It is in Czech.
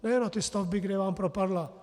Nejen na ty stavby, kde vám propadla.